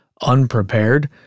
Unprepared